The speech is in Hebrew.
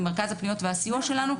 למרכז הפניות והסיוע שלנו.